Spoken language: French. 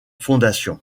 foundation